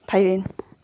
Thailand